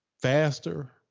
faster